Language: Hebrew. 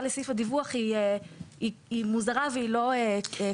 לסעיף הדיווח היא מוזרה והיא לא קוהרנטית.